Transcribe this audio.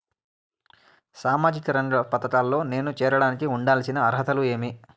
సామాజిక రంగ పథకాల్లో నేను చేరడానికి ఉండాల్సిన అర్హతలు ఏమి?